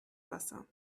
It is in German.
wasser